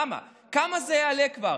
למה, כמה זה יעלה כבר?